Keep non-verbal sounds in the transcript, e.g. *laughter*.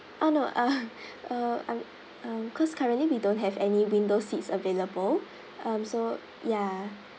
oh no uh *laughs* uh um um cause currently we don't have any window seats available um so ya